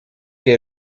que